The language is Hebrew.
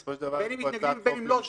בסופו של דבר יש פה הצעת חוק ממשלתית.